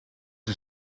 een